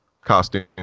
costume